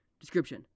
Description